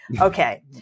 Okay